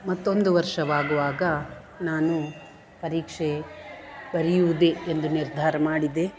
ಮತ್ತೊಂದು ವರ್ಷವಾಗುವಾಗ ನಾನು ಪರೀಕ್ಷೆ ಬರಿಯುದೇ ಎಂದು ನಿರ್ಧಾರ ಮಾಡಿದೆ